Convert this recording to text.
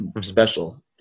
Special